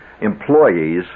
employees